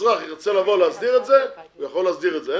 האזרח ירצה לבוא להסדיר את זה הוא יכול להסדיר את זה.